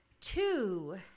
Two